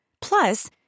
Plus